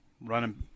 Running